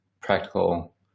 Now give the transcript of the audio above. practical